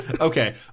Okay